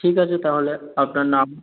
ঠিক আছে তাহলে আপনার নাম